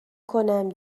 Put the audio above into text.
کنم